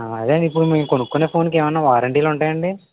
ఆ అదే అండి ఇప్పుడు మేము కొనుక్కునే ఫోన్ కి ఏమన్నా వారంటీ లు ఉంటాయి అండి